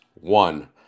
one